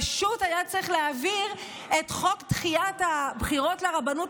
פשוט היה צריך להעביר את חוק דחיית הבחירות לרבנות